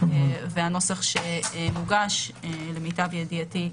והנוסח שמוגש למיטב ידיעתי,